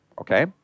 okay